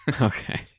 Okay